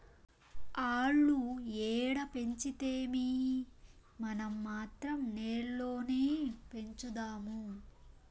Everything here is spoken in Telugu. ఆల్లు ఏడ పెంచితేమీ, మనం మాత్రం నేల్లోనే పెంచుదాము